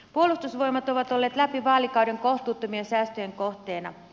puolustusvoimat on ollut läpi vaalikauden kohtuuttomien säästöjen kohteena